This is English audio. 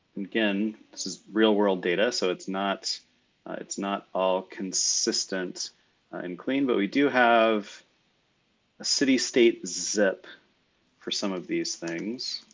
again, this is real-world data, so it's not it's not all consistent and clean. but we do have a city-state zip for some of these things.